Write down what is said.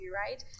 right